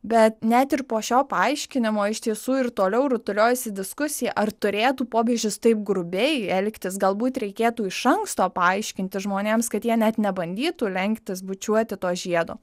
bet net ir po šio paaiškinimo iš tiesų ir toliau rutuliojasi diskusija ar turėtų popiežius taip grubiai elgtis galbūt reikėtų iš anksto paaiškinti žmonėms kad jie net nebandytų lenktis bučiuoti to žiedo